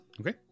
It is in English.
Okay